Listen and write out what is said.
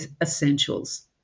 essentials